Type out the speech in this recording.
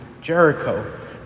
Jericho